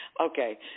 Okay